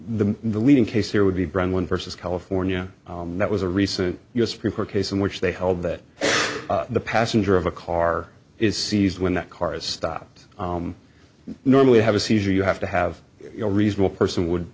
the the leading case here would be brown one versus california that was a recent us supreme court case in which they held that the passenger of a car is seized when that car is stopped normally have a seizure you have to have a reasonable person would